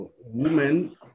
women